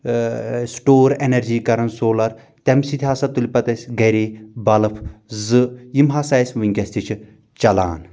اۭں store energy کران solar تمہِ سۭتۍ ہسا تُلۍ پتہٕ اسہِ گری بلف زٕ یِم ہسا اسہِ ونکیٚس تہِ چھِ چلان